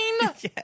Yes